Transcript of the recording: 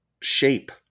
shape